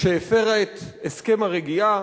שהפירה את הסכם הרגיעה,